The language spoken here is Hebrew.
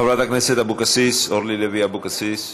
חברת הכנסת אבקסיס, אורלי לוי אבקסיס,